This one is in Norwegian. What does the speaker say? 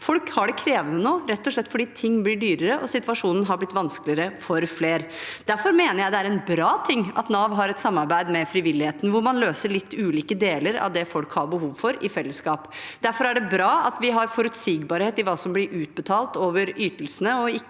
Folk har det krevende nå rett og slett fordi ting blir dyrere, og situasjonen har blitt vanskeligere for flere. Derfor mener jeg det er en bra ting at Nav har et samarbeid med frivilligheten; man løser litt ulike deler av det folk har behov for i fellesskap. Derfor er det bra at vi har forutsigbarhet i hva som blir utbetalt over ytelsene,